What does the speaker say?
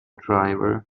driver